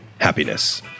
happiness